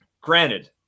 Granted